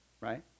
right